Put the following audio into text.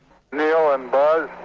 neil and buzz,